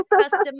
custom